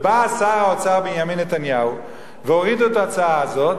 בא שר האוצר בנימין נתניהו והוריד את ההצעה הזאת,